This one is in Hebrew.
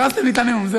הרסת לי את הנאום.